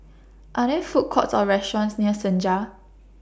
Are There Food Courts Or restaurants near Senja